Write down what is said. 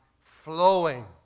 flowing